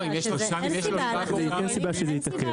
אין סיבה שזה יתעכב.